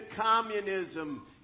communism